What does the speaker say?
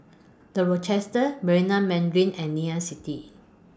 The Rochester Marina Mandarin and Ngee Ann City